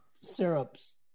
Syrups